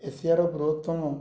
ଏସିଆର ଗୃହତ୍ତମ